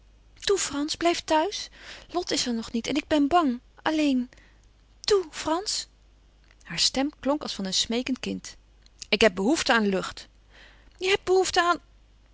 blijf thuis lot is er nog niet en ik ben bang alleen toe frans hare stem klonk als van een smeekend kind ik heb behoefte aan lucht je hebt behoèfte aan